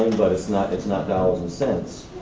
but it's not it's not dollars and cents,